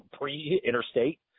pre-interstate